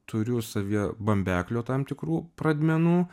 turiu savyje bambeklio tam tikrų pradmenų